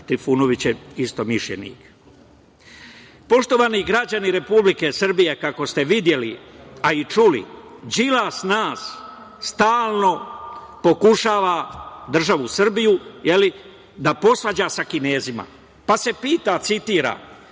Trifunovićem istomišljenik. Poštovani građani Republike Srbije, kako ste videli, a i čuli, Đilas nas stalno pokušava, državu Srbiju, da posvađa sa Kinezima, pa se pita, citira: